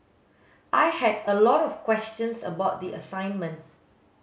I had a lot of questions about the assignment